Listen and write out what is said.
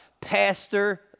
Pastor